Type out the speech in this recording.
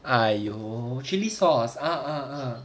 !aiyo! chilli sauce ah ah ah